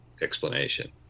explanation